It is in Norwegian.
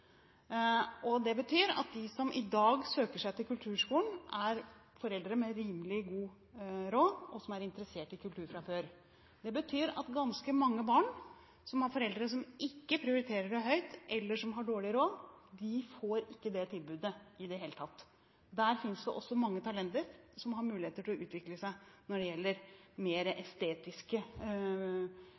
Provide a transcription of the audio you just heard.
ned. Det betyr at de som i dag søker seg til kulturskolen, er foreldre med rimelig god råd som er interessert i kultur fra før. Det betyr at ganske mange barn, som har foreldre som ikke prioriterer det høyt eller har dårlig råd, får ikke det tilbudet i det hele tatt. Der finnes det også mange talenter som har muligheter til å utvikle seg når det gjelder mer estetiske